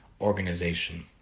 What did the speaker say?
organization